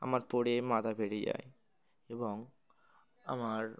আমার পড়ে মাথা ফেরে যায় এবং আমার